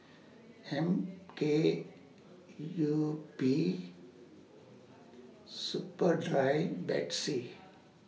M K U P Superdry Betsy